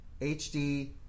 HD